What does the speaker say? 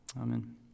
Amen